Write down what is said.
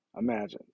imagined